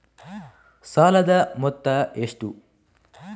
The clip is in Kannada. ಸಾಲದ ಮೊತ್ತ ಎಷ್ಟು?